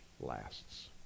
lasts